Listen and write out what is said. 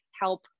help